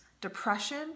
depression